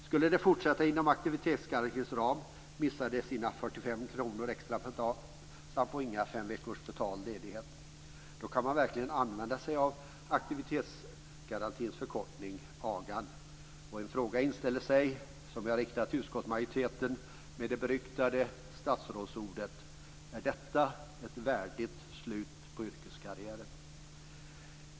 Skulle de fortsätta inom aktivitetsgarantins ram missar de sina 45 kr extra per dag samt får inga fem veckors betald ledighet. Då kan man verkligen använda sig av aktivitetsgarantins förkortning AGA:n. En fråga inställer sig som jag riktar till utskottsmajoriteten med beryktade statsrådsord: Är detta ett värdigt slut på yrkeskarriären?